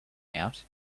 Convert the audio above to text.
out